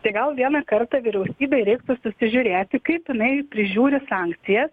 tai gal vieną kartą vyriausybei reiktų susižiūrėti kaip jinai prižiūri sankcijas